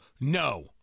no